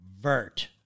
vert